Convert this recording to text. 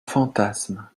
fantasme